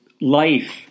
Life